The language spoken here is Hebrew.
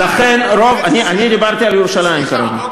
לכן, רוב, לא ירושלים, ארץ-ישראל.